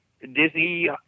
Disney